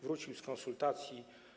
Wrócił z konsultacji.